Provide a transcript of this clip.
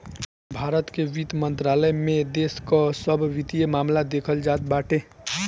भारत के वित्त मंत्रालय में देश कअ सब वित्तीय मामला देखल जात बाटे